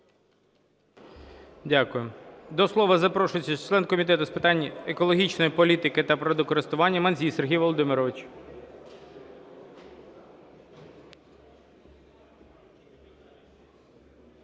Дякую. До слова запрошується член Комітету з питань екологічної політики та природокористування Мандзій Сергій Володимирович.